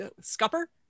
scupper